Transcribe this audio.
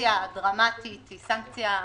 סנקציה דרמטית ומשמעותית,